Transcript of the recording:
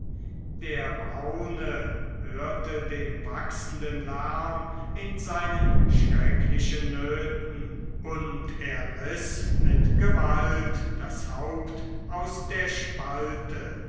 der braune hörte den wachsenden lärm in seinen schrecklichen nöten und er riß mit gewalt das haupt aus der spalte